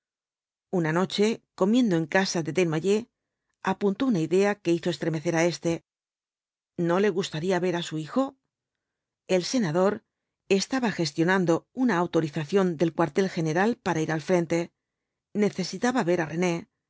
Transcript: una noche comiendo en casa de desnoyers apuntó una idea que hizo estremecer á éste no le gustaría ver á su hijo el senador estada gestionando una autorización del cuartel general para ir al frente necesitaba ver á rene